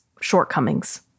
shortcomings